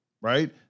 right